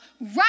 right